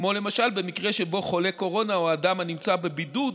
כמו למשל במקרה שבו חולה קורונה או אדם הנמצא בבידוד